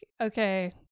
okay